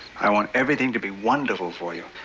i want everything to be wonderful for you.